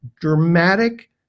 dramatic